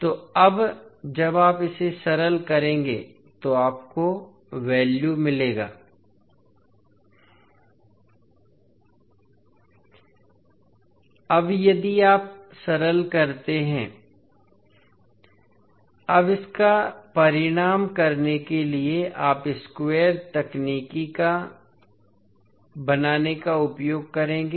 तो अब जब आप इसे सरल करेंगे तो आपको वैल्यू मिलेगा अब यदि आप सरल करते हैं अब इसका परिणाम करने के लिए आप स्क्वायर तकनीक बनाने का उपयोग करेंगे